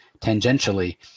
tangentially